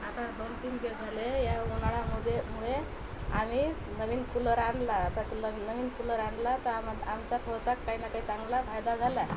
आता दोन तीन दिवस झाले या उन्हाळ्यामध्ये मुळे आम्ही नवीन कूलर आणला तर कूलर नवीन कूलर आणला तर आम आमचा थोडासा काही ना काही चांगला फायदा झाला